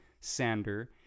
Sander